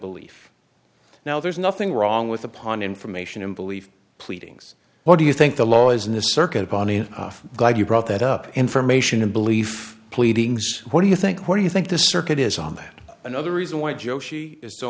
belief now there's nothing wrong with upon information and belief pleadings what do you think the law isn't a circuit bonnie i'm glad you brought that up information and belief pleadings what do you think what do you think the circuit is on that another reason why joshi is so